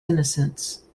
innocence